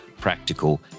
practical